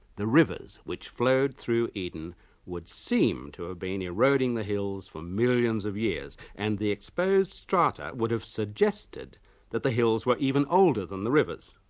the rivers which flowed through eden would seem to have ah been eroding the hills for millions of years and the exposed strata would have suggested that the hills were even older than the rivers.